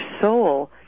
soul